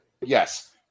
Yes